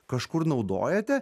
kažkur naudojate